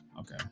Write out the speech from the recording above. Okay